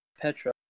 Petra